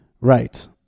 Right